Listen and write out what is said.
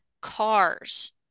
cars